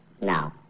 No